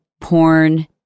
porn